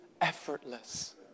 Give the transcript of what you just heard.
effortless